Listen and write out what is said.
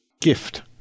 gift